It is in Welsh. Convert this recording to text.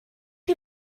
chi